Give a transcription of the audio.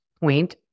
point